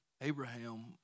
Abraham